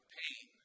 pain